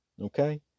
okay